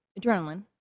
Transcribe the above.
adrenaline